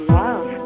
love